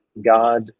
God